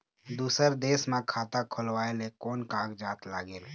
दूसर देश मा खाता खोलवाए ले कोन कागजात लागेल?